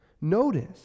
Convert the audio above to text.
notice